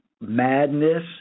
madness